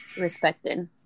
respected